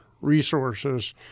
resources